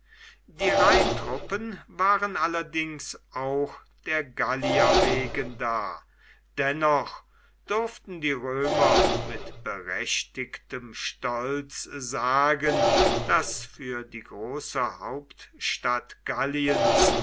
die rheintruppen waren allerdings auch der gallier wegen da dennoch durften die römer mit berechtigtem stolz sagen daß für die große hauptstadt galliens